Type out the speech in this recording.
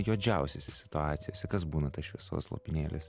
juodžiausiose situacijose kas būna tas šviesos lopinėlis